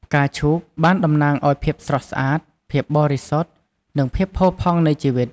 ផ្កាឈូកបានតំណាងឲ្យភាពស្រស់ស្អាត ភាពបរិសុទ្ធ និងភាពផូរផង់នៃជីវិត។